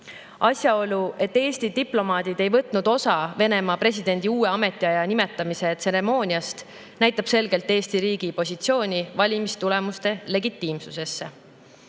Asjaolu, et Eesti diplomaadid ei võtnud osa Venemaa presidendi uuesti ametisse nimetamise tseremooniast, näitab selgelt Eesti riigi positsiooni valimistulemuste legitiimsuse